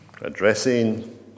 addressing